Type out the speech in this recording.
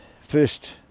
first